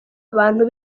abantu